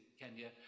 kenya